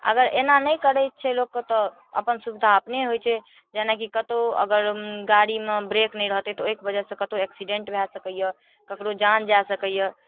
अगर एना नहि करै छै लोककेँ तऽ अपन सुविधा अपने होइ छै जेनाकि कतहु अगर गाड़ीमे ब्रेक नहि रहतै तऽ ओहिके वजहसँ कतहु एक्सीडेंट भए सकैए ककरहु जान जा सकैए